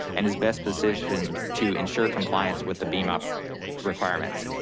and is best positioned to ensure compliance with the bmop requirements.